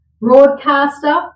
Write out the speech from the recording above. broadcaster